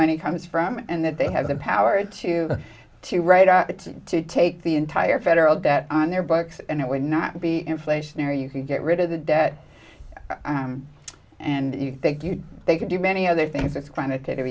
money comes from and that they have the power to to right to take the entire federal debt on their bikes and it would not be inflationary you can get rid of the debt and you think you they can do many other things it's quantitative